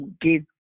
Give